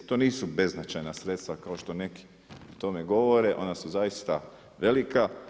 To nisu beznačajna sredstva kao što neki o tome govore, ona su zaista velika.